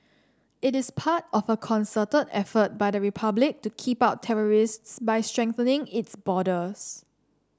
it is part of a concerted effort by the Republic to keep out terrorists by strengthening its borders